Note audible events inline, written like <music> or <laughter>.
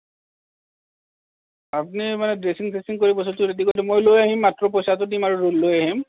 আপুনি মানে ড্ৰেছিং চেছিং কৰি বস্তুটো ৰেডি কৰি <unintelligible> মই লৈ আহিম মাত্ৰ পইচাটো দিম আৰু লৈ আহিম